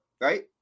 right